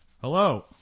Hello